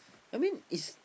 I mean it's